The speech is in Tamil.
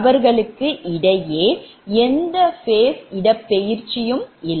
அவர்களுக்கு இடையே எந்த phase இடப்பெயர்ச்சியும் இல்லை